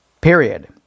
period